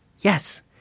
Yes